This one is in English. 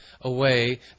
away